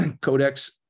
Codex